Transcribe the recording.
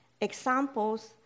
examples